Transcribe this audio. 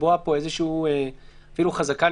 לקבוע פה אפילו חזקה,